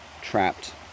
trapped